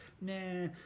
nah